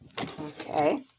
Okay